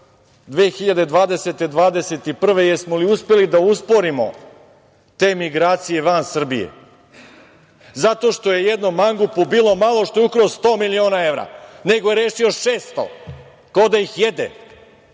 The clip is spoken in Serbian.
2020. i 2021. godine, jesmo li uspeli da usporimo te migracije van Srbije, zato što je jednom mangupu bilo malo što je ukrao 100 miliona evra, nego je rešio 600, kao da ih jede,